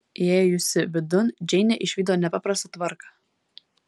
įėjusi vidun džeinė išvydo nepaprastą tvarką